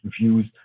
views